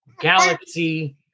galaxy